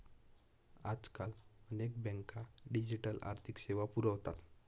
आजकाल अनेक बँका डिजिटल आर्थिक सेवा पुरवतात